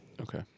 Okay